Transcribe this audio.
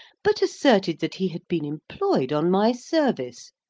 but asserted that he had been employed on my service,